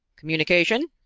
communication.